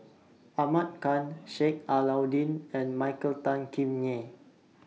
Ahmad Khan Sheik Alau'ddin and Michael Tan Kim Nei